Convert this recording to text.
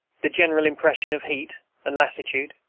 the general impression of heat and lassitude,